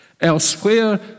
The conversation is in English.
Elsewhere